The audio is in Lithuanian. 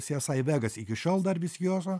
si e sai ir vegas iki šiol dar vis juozo